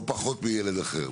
או פחות מילד אחר.